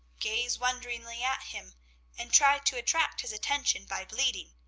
gaze wonderingly at him and try to attract his attention by bleating,